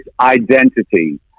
identity